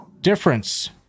difference